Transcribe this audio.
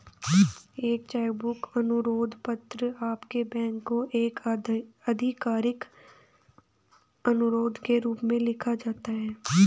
एक cheque book अनुरोध पत्र आपके बैंक को एक आधिकारिक अनुरोध के रूप में लिखा जाता है